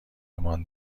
مان